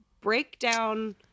breakdown